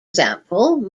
example